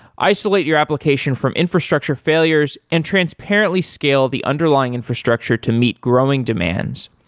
isolate your application from infrastructure failures and transparently scale the underlying infrastructure to meet growing demands,